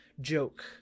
joke